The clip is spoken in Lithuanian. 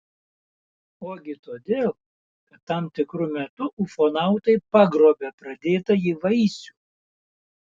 ogi todėl kad tam tikru metu ufonautai pagrobia pradėtąjį vaisių